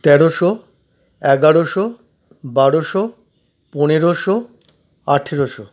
তেরোশো এগারোশো বারোশো পনেরোশো আঠেরোশো